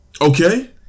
Okay